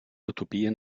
utopia